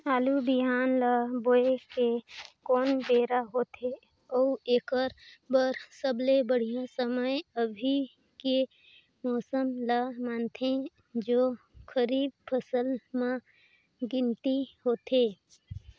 आलू बिहान ल बोये के कोन बेरा होथे अउ एकर बर सबले बढ़िया समय अभी के मौसम ल मानथें जो खरीफ फसल म गिनती होथै?